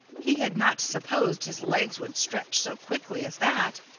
he had not supposed his legs would stretch so quickly as that.